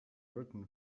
written